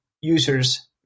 users